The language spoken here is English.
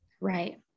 Right